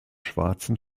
schwarzen